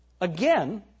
Again